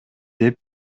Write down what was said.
деп